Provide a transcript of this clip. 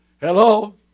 Hello